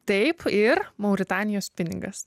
taip ir mauritanijos pinigas